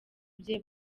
bye